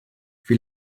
wie